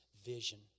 Vision